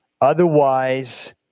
Otherwise